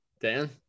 Dan